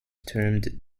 termed